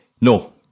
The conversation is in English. No